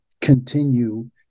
continue